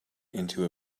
into